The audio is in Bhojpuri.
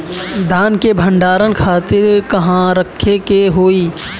धान के भंडारन खातिर कहाँरखे के होई?